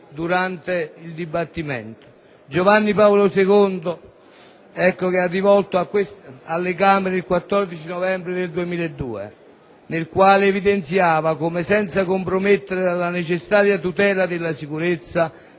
Santo Padre, Giovanni Paolo II, rivolto alle Camere il 14 novembre 2002, nel quale egli evidenziava come, senza compromettere la necessaria tutela della sicurezza,